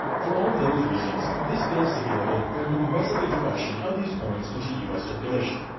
for all those reasons, this bill stipulated for an aggressive introduction of these coins into us circulation.